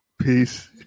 Peace